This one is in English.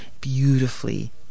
beautifully